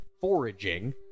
foraging